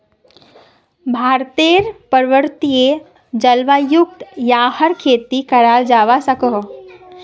भारतेर पर्वतिये जल्वायुत याहर खेती कराल जावा सकोह